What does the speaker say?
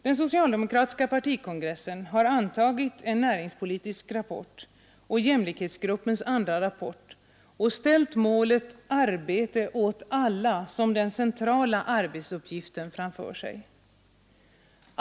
Den socialdemokratiska partikongressen har antagit en näringspolitisk rapport och jämlikhetsgruppens andra rapport och ställt målet ”arbete åt alla” som den centrala arbetsuppgiften framför sig.